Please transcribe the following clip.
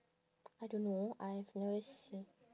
I don't know I've never seen